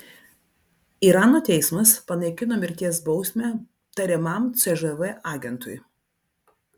irano teismas panaikino mirties bausmę tariamam cžv agentui